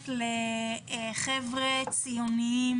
לחבר'ה ציוניים,